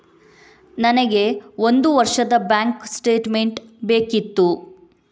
ನನಗೆ ಒಂದು ವರ್ಷದ ಬ್ಯಾಂಕ್ ಸ್ಟೇಟ್ಮೆಂಟ್ ಬೇಕಿತ್ತು